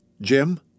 Jim